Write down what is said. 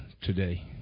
today